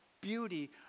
beauty